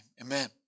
amen